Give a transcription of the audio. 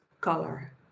color